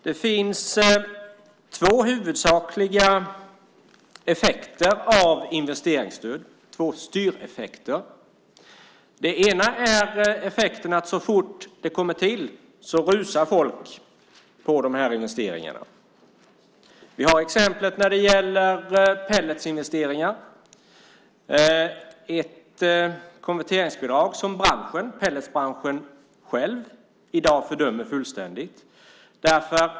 Det finns två huvudsakliga styreffekter av investeringsstöd. Den ena effekten är att så fort möjligheten finns rusar folk på dessa investeringar. Till exempel har vi pelletinvesteringar. Det är ett konverteringsbidrag som pelletbranschen själv i dag fördömer fullständigt.